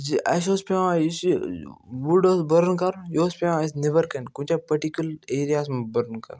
زِ اَسہِ اوس پٮ۪وان یُس یہِ وُڑ اوس بٔرٕن کَرُن یہِ اوس پٮ۪وان اَسہِ نیٚبرٕ کَنہِ کُنہِ جایہِ پٔٹِکیٛوٗلَر ایریاہَس منٛز بٔرٕن کَرُن